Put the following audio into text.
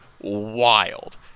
wild